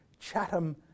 Chatham